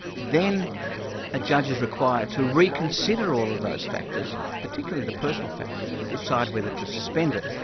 then a judge is required to reconsider all those factors, particularly the personal factors, to decide whether to suspend it.